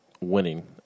winning